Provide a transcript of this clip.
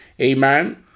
Amen